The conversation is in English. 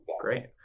Great